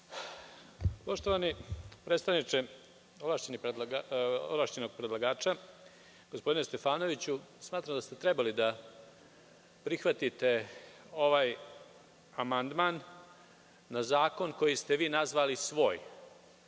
Gospodine ovlašćeni predlagaču, gospodine Stefanoviću, smatram da ste trebali da prihvatite ovaj amandman na zakon koji ste vi nazvali svojim.